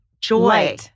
joy